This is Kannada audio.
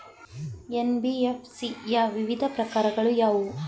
ಎನ್.ಬಿ.ಎಫ್.ಸಿ ಯ ವಿವಿಧ ಪ್ರಕಾರಗಳು ಯಾವುವು?